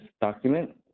document